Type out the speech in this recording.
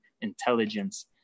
intelligence